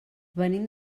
venim